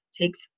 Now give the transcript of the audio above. takes